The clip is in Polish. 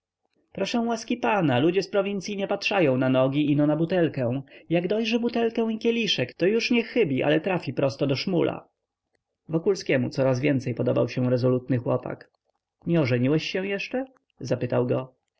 proszę łaski pana ludzie z prowincyi nie patrzają na nogi ino na butelkę jak dojrzy butelkę i kieliszek to już nie chybi ale trafi prosto do szmula wokulskiemu coraz więcej podobał się rezolutny chłopak nie ożeniłeś się jeszcze zapytał go